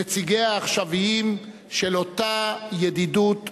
נציגיה העכשוויים של אותה ידידות עמוקה.